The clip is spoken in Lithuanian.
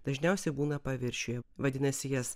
dažniausiai būna paviršiuje vadinasi jas